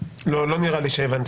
לא, לא נראה לי שהבנתי.